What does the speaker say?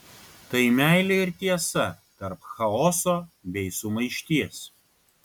tai meilė ir tiesa tarp chaoso bei sumaišties